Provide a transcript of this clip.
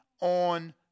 on